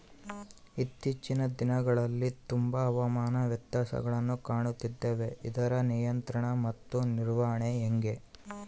ಇತ್ತೇಚಿನ ದಿನಗಳಲ್ಲಿ ತುಂಬಾ ಹವಾಮಾನ ವ್ಯತ್ಯಾಸಗಳನ್ನು ಕಾಣುತ್ತಿದ್ದೇವೆ ಇದರ ನಿಯಂತ್ರಣ ಮತ್ತು ನಿರ್ವಹಣೆ ಹೆಂಗೆ?